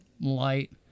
light